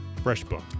FreshBooks